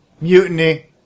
Mutiny